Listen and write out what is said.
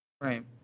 Right